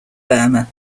burma